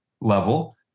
level